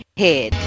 head